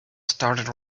started